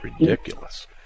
ridiculous